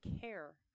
care